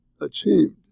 achieved